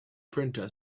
printer